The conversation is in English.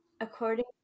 according